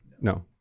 No